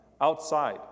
outside